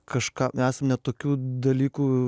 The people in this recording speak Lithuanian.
kažką esam net tokių dalykų